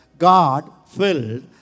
God-filled